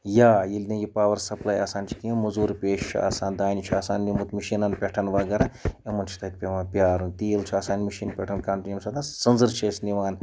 یا ییٚلہِ نہٕ یہِ پاوَر سَپلاے آسان چھِ کِہیٖنۍ مٔزوٗر پیش چھُ آسان دانہِ چھُ آسان نیُمُت مِشیٖنَن پٮ۪ٹھ وغٲرہ یِمَن چھُ تَتہِ پٮ۪وان پیٛارُن تیٖل چھُ آسان مِشیٖنہِ پٮ۪ٹھ کَم تہٕ ییٚمہِ ساتہٕ سٕنٛزٕر چھِ أسۍ نِوان